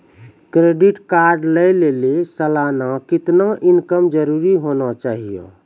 Credit card लय लेली सालाना कितना इनकम जरूरी होना चहियों?